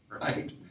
right